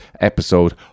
episode